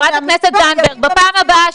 חברת הכנסת זנדברג, התנהלות נכונה.